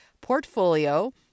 portfolio